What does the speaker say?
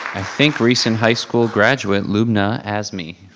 i think recent high school graduate lubna azmi.